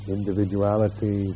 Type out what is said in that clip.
individuality